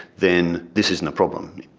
then this isn't a problem.